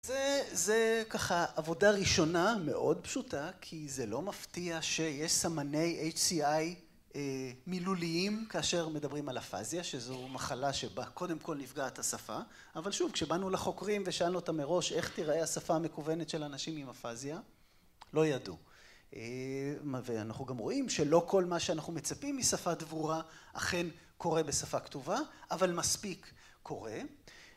זה ככה עבודה ראשונה מאוד פשוטה, כי זה לא מפתיע שיש סמני HCI מילוליים כאשר מדברים על אפזיה, שזו מחלה שבה קודם כל נפגעת השפה, אבל שוב כשבאנו לחוקרים ושאלנו אותם מראש איך תראה השפה המקוונת של אנשים עם אפזיה, לא ידעו. ואנחנו גם רואים שלא כל מה שאנחנו מצפים משפה דרורה אכן קורה בשפה כתובה, אבל מספיק קורה